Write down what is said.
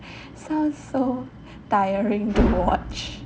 sounds so tiring to watch